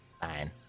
Fine